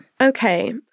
Okay